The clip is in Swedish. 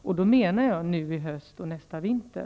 Jag menar då nu i höst och nästa vinter.